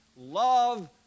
Love